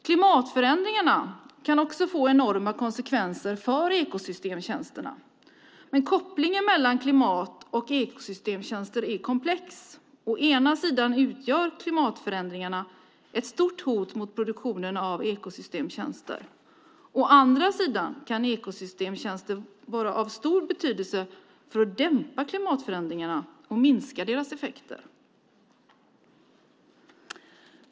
Klimatförändringarna kan också få enorma konsekvenser för ekosystemtjänsterna, men kopplingen mellan klimat och ekosystemtjänster är komplex. Å ena sidan utgör klimatförändringarna ett stort hot mot produktionen av ekosystemtjänster. Å andra sidan kan ekosystemtjänster vara av stor betydelse för att dämpa klimatförändringarna och minska deras effekter.